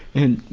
in,